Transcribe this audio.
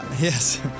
Yes